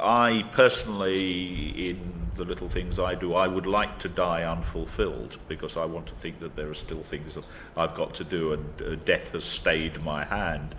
i personally in the little things i do, i would like to die ah unfulfilled because i want to think that there are still things that i've got to do and death has stayed my hand.